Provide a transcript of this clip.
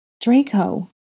Draco